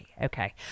Okay